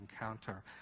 encounter